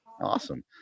awesome